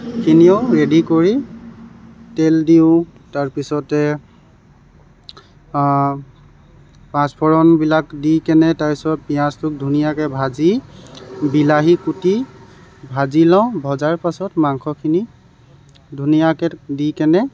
খিনিও ৰেডী কৰি তেল দিওঁ তাৰপিছতে পাঁচফোৰণবিলাক দি কেনে তাৰপিছত পিঁয়াজটোক ধুনীয়াকৈ ভাজি বিলাহী কুটি ভাজি লওঁ ভজাৰ পাছত মাংসখিনি ধুনীয়াকৈ দি কেনে